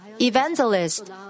evangelist